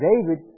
David